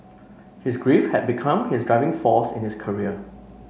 his grief had become his driving force in his career